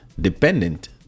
dependent